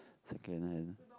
secondhand